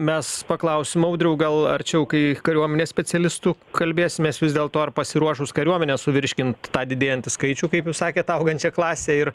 mes paklausim audriau gal arčiau kai kariuomenės specialistu kalbėsimės vis dėlto ar pasiruošus kariuomenė suvirškint tą didėjantį skaičių kaip jūs sakėt augančią klasę ir